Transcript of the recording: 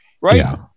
right